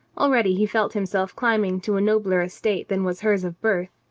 already he felt himself climbing to a nobler estate than was hers of birth,